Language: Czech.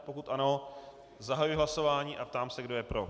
Pokud ano, zahajuji hlasování a ptám se, kdo je pro.